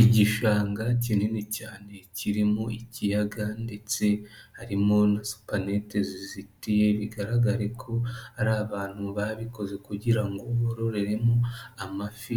Igishanga kinini cyane kiririmo ikiyaga ndetse harimo nasupaneti zizitiye bigaragare ko ari abantu babikoze kugira ngo bororeremo amafi